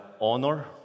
honor